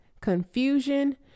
confusion